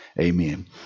Amen